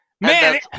Man